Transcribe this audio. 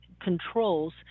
controls